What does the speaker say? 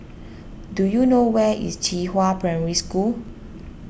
do you know where is Qihua Primary School